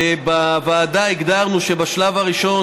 ובוועדה הגדרנו שבשלב הראשון,